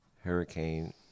hurricane